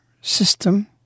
system